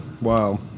Wow